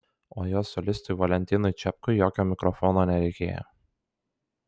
o jo solistui valentinui čepkui jokio mikrofono nereikėjo